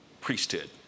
priesthood